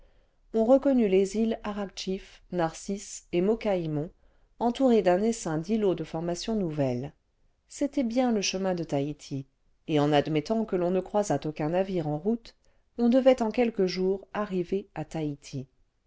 on reconnut les îles araktckeef narcisse et moakimon entourées d'un essaim d'îlots déformation nouvelle c'était bien le chemin de taïti et en admettant que l'on ne croisât aucun navire en route on devait en quelques jours arriver à taïti